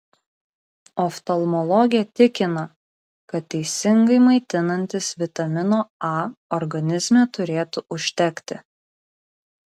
oftalmologė tikina kad teisingai maitinantis vitamino a organizme turėtų užtekti